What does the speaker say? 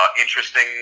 Interesting